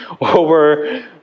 over